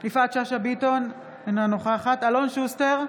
יפעת שאשא ביטון, אינה נוכחת אלון שוסטר,